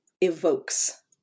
evokes